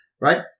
right